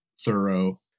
thorough